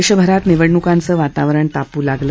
देशभरात निवडणुकांचं वातावरण तापू लागलं